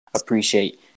appreciate